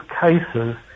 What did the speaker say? cases